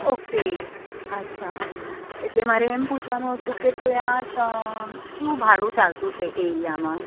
okay અચ્છા એટલે મારે એમ પૂછવાનું હતું કે ત્યાં શું ભાડું ચાલતું છે એરિયામાં